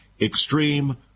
extreme